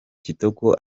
kitoko